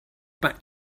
back